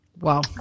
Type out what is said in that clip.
Wow